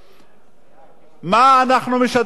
מה אנחנו משדרים לציבור בישראל?